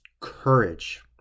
courage